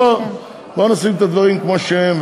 בוא נשים את הדברים כמו שהם,